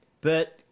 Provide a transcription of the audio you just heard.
but-